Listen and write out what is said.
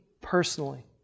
personally